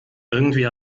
irgendwie